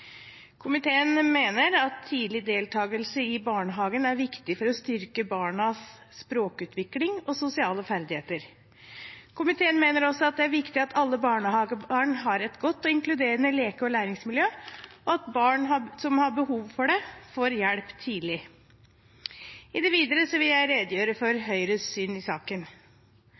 Komiteen mener at tidlig deltagelse i barnehagen er viktig for å styrke barnas språkutvikling og sosiale ferdigheter. Komiteen mener også at det er viktig at alle barnehagebarn har et godt og inkluderende leke- og læringsmiljø, og at barn som har behov for det, får hjelp tidlig. I det videre vil jeg redegjøre for Høyres syn i saken.